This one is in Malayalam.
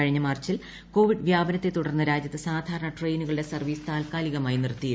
കഴിഞ്ഞ മാർച്ചിൽ കോവിഡ് വ്യാപനത്തെ തുടർന്ന് രാജ്യത്ത് സാധാരണ ട്രെയിനുകളുടെ സർവ്വീസ് താൽക്കാലികമായി നിർത്തിയിരുന്നു